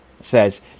says